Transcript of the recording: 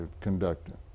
conducting